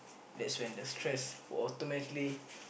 that's when the stress will automatically